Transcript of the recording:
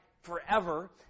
forever